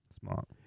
Smart